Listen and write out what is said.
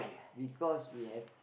because we have